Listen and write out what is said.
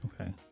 Okay